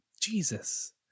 Jesus